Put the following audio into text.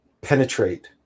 penetrate